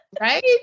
Right